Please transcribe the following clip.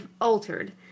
altered